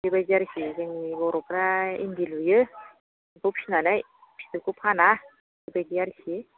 बेबायदि आरोखि जोंनि बर'फ्रा इन्दि लुयो एम्फौ फिसिनानै फिथोबखौ फाना बेबायदि आरोखि